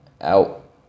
out